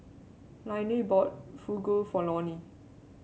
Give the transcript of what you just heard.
Lainey bought Fugu for Lonny